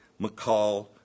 McCall